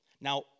Now